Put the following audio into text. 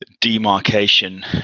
demarcation